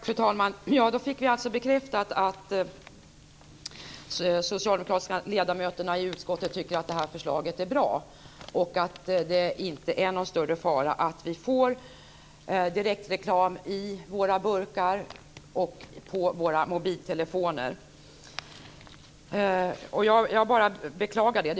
Fru talman! Då fick vi bekräftat att de socialdemokratiska ledamöterna i utskottet tycker att förslaget är bra. Det är inte någon större fara att vi får direktreklam i våra burkar och på våra mobiltelefoner. Jag beklagar det.